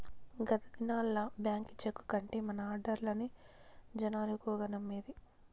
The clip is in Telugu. గత దినాల్ల బాంకీ చెక్కు కంటే మన ఆడ్డర్లనే జనాలు ఎక్కువగా నమ్మేది